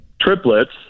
triplets